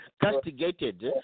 castigated